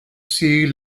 sea